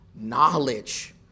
knowledge